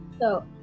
so-